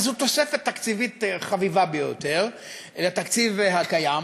אבל זו תוספת תקציבית חביבה ביותר לתקציב הקיים,